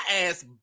ass